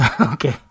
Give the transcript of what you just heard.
Okay